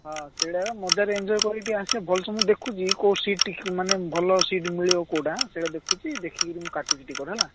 ହଁ ସେଇଟା ଏକା ମଜାରେ ଏଞ୍ଜୟ କରିକି ଟିକିଏ ଆସିବା ଭଲସେ ମୁଁ ଦେଖୁଛି କେଉଁ ସିଟ୍ ଟିକିଏ ମାନେ ଭଲ ସିଟ୍ ମିଳିବ କେଉଁଟା ସେଇଟା ଦେଖୁଛି ଦେଖିକରି ମୁଁ କାଟୁଛି ଟିକେଟ୍ ହେଲା